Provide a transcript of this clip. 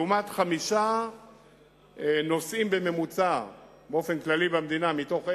לעומת חמישה נוסעים בממוצע באופן כללי במדינה מתוך 1,000,